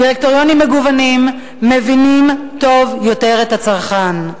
דירקטוריונים מגוונים מבינים טוב יותר את הצרכן.